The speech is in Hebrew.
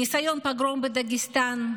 ניסיון פוגרום בדגסטן.